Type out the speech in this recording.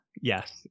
Yes